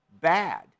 bad